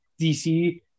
DC